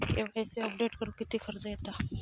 KYC update करुक किती खर्च येता?